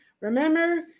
Remember